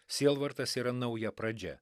sielvartas yra nauja pradžia